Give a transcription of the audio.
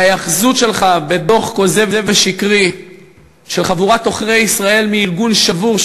ההיאחזות שלך בדוח כוזב ושקרי של חבורת עוכרי ישראל מארגון שבור,